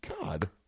God